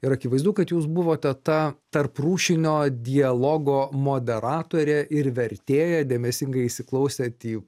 ir akivaizdu kad jūs buvote ta tarprūšinio dialogo moderatorė ir vertėja dėmesingai įsiklausėt į